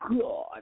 God